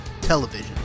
television